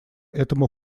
этому